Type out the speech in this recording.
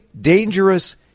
dangerous